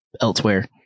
elsewhere